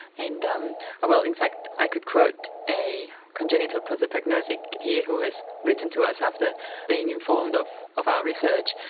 and um well in fact i could quote a congenital prosopagnosic here who has written to us after being informed of of our research.